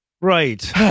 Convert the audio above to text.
right